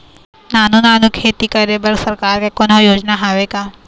नानू नानू खेती करे बर सरकार के कोन्हो योजना हावे का?